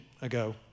ago